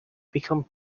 become